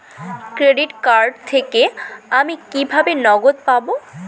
Credit card থেকে আমি কিভাবে নগদ পাব?